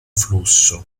flusso